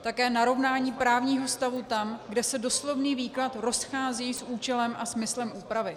Také narovnání právního stavu tam, kde se doslovný výklad rozchází s účelem a smyslem úpravy.